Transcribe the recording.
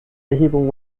erhebung